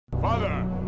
Father